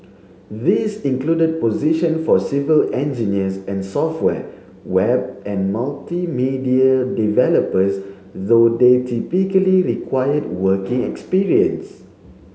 these included position for civil engineers and software web and multimedia developers though they typically required working experience